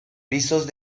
pisos